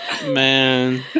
Man